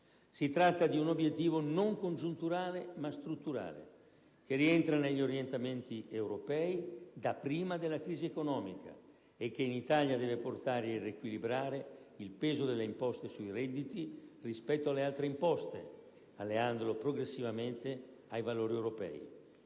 Si tratta di un obiettivo non congiunturale, ma strutturale, che rientra negli orientamenti europei da prima della crisi economica, e che in Italia deve portare a riequilibrare il peso delle imposte sui redditi rispetto alle altre imposte, allineandolo progressivamente ai valori europei.